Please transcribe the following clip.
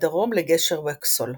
מדרום לגשר ווקסהול.